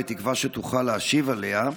בתקווה שתוכל להשיב עליה.